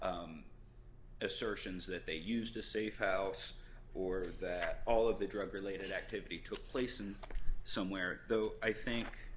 assertions that they used a safe house or that all of the drug related activity took place and somewhere though i think